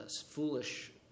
foolish